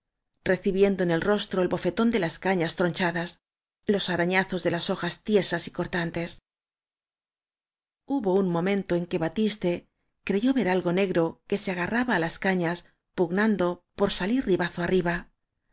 do en el rostro el bofetón de las cañas troncha das los arañazos de las hojas tiesas y cortantes hubo un momento en que batiste creyó ver algo negro que se agarraba á las cañas pugnando por salir ribazo arriba